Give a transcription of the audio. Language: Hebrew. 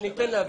היושב-ראש,